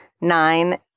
Nine